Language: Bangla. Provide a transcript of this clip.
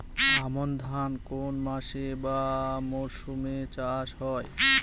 আমন ধান কোন মাসে বা মরশুমে চাষ হয়?